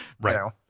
right